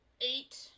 eight